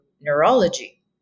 neurology